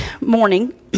morning